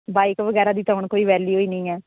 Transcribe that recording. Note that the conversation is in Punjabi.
ਬਾਈਕ ਵਗੈਰਾ ਦੀ ਤਾਂ ਹੁਣ ਕੋਈ ਵੈਲਿਊ ਹੀ ਨਹੀਂ ਐ